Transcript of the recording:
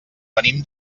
venim